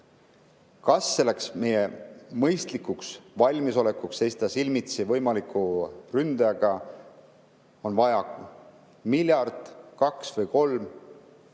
Kas meie mõistlikuks valmisolekuks seista silmitsi võimaliku ründajaga on vajaka miljard, kaks või kolm?